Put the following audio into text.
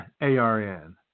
ARN